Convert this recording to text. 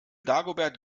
dagobert